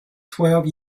twelve